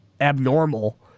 abnormal